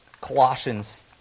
Colossians